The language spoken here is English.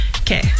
okay